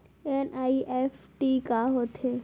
NEFT का होथे?